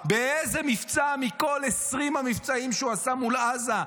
באיזה מבצע מכל 20 המבצעים שהוא עשה מול עזה,